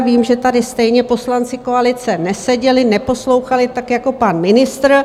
Vím, že tady stejně poslanci koalice neseděli, neposlouchali, tak jako pan ministr.